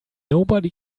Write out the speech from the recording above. nobody